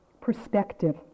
perspective